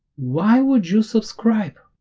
why would you subscribe,